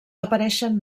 apareixen